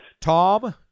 tom